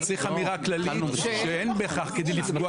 אני צריך אמירה כללית שאין בכך כדי לפגוע